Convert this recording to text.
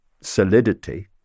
solidity